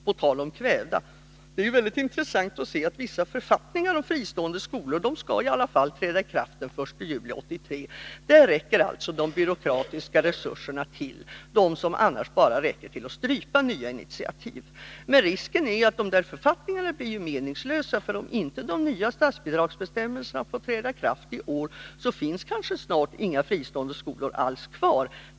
På tal om kvävda: Det är väldigt intressant att se att vissa författningar om fristående skolor i alla fall skall träda i kraft den 1 juli 1983. Där räcker alltså de byråkratiska resurserna till, de som annars bara räcker till att strypa nya initiativ. Men risken är att de där författningarna blir meningslösa, för om inte de nya statsbidragsbestämmelserna får träda i kraft i år, finns det kanske inga fristående skolor kvar.